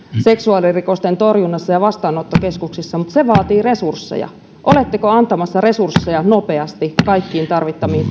seksuaalirikosten torjunnassa ja vastaanottokeskuksissa mutta se vaatii resursseja oletteko antamassa resursseja nopeasti kaikkiin tarvittaviin